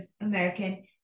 American